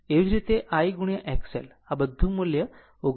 તેવી જ રીતે I X L આ બધી મુલ્ય 39